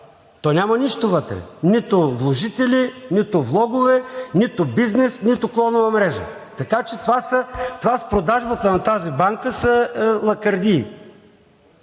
То няма нищо вътре – нито вложители, нито влогове, нито бизнес, нито клонова мрежа, така че това с продажбата на тази банка са лакърдии.